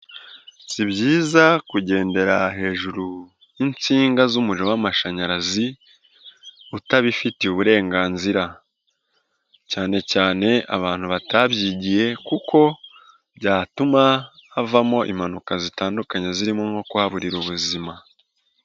Si byiza kugendera hejuru y'insinga z'umuriro w'amashanyarazi utabifitiye uburenganzira cyane cyane abantu batabyigiye, kuko byatuma havamo impanuka zitandukanye zirimo nko kuhaburira ubuzima.